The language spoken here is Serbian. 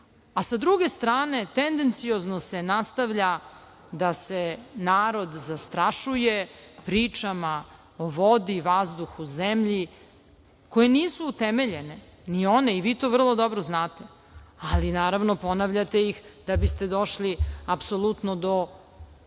A sa druge strane, tendenciozno se nastavlja da se narod zastrašuje pričama o vodi, vazduhu, zemlji, koje nisu utemeljene, ni one, i vi to vrlo dobro znate, ali naravno, ponavljate ih da biste došli do nešto